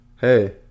Hey